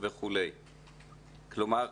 כלומר,